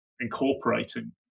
incorporating